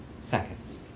seconds